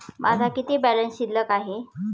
माझा किती बॅलन्स शिल्लक आहे?